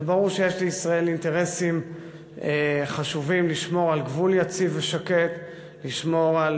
זה ברור שיש לישראל אינטרסים חשובים: לשמור על